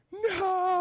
No